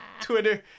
Twitter